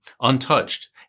untouched